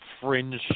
fringe